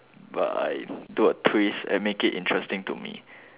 but I do a twist and make it interesting to me